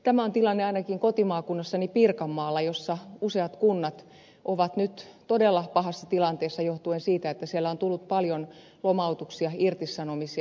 tämä on tilanne ainakin kotimaakunnassani pirkanmaalla jossa useat kunnat ovat nyt todella pahassa tilanteessa johtuen siitä että siellä on tullut paljon lomautuksia ja irtisanomisia